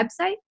website